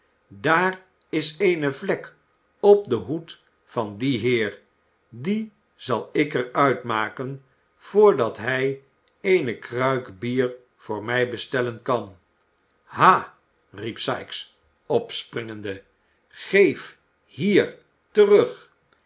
daar is eene vlek op den hoed van dien heer die zal ik er uitmaken voordat hij eene kruik bier voor mij bestellen kan ha riep sikes opspringende geef hier terug